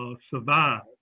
survive